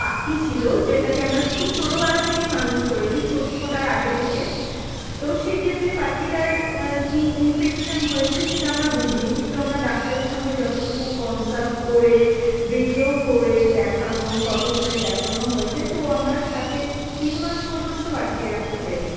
পাখি ছিল যেটাকে আমরা খুব ছোটোবেলা থেকেই মানুষ করেছি চোখ ফোটার আগে থেকে তো সেক্ষেত্রে পাখিটার কী ইনফেকশান হয়েছে সেটা আমরা বুঝিনি কিন্তু আমরা ডাক্তারের সঙ্গে যতটুকু কনসাল্ট করে ভিডিও করে দেখানো ফটো তুলে দেখানো হয়েছে তো আমরা তাকে তিন মাস পর্যন্ত বাঁচিয়ে রাখতে পেরেছি